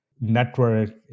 network